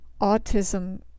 autism